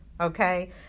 okay